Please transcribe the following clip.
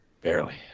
Barely